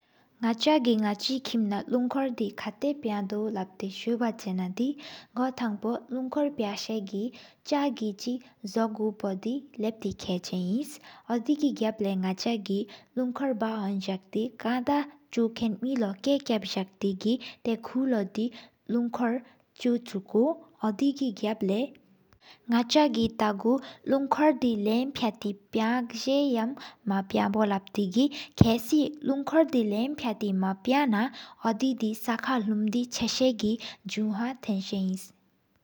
ནགཆ་གི་ནཇ་ཁིམ་ན་ལུན་སྐོར་དེ། ཁ་ཏ་པ་དབའུ་སུ་བ་ཆེན་ན་དེ་སྒོ་ཐང་ཕོ། ལུན་སྐོར་པང་ས་གི་ཆག་གི་ཁྱིག་ཟོ་གཔོ། དེ་ལབ་ཏེ་མཁན་ཆེན་ཨིན་ཨོ་དེ་གི་གབ་ལེ། ནགཆ་གི་ལུན་སྐོར་བཀའ་ཧུན་ཟ་ཁ་གི། ཁ་ད་གང་ཆུ་ཁྲལ་མི་ལོ་ཀ་ཁབ་ཟ་ཁེ་གི། ཀོ་ལོ་དེ་སྐུས་སྐོར་ཅོག་ཅུ་དུས། ཨོ་དེ་གི་གབ་ལེ་ནགཆ་གི་ཏ་གུ། ལུན་སྐོར་དེ་ལམ་ཕ་སྞོན་ས་ཡང་མ་ཕང་བོ། ལབ་ཏེ་གྱི་ལུན་སྐོར་དེ་ལམ་ཕ་སྞོན་མ་ཕང་ན། ཨོ་དེ་དེ་ས་ཁ་ལུམ་ཙེ་ཆག་ས་གི། ཟུ་ཧང་ཐེན་ས་ཨིནས།